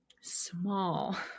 small